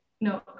No